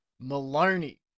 maloney